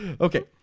Okay